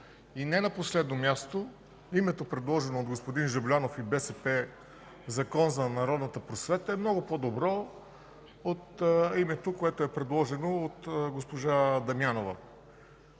Не на последно място, името, предложено от господин Жаблянов и БСП – „Закон за народната просвета”, е много по-добро от името, предложено от госпожа Дамянова.